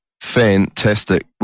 fantastic